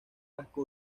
casco